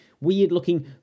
weird-looking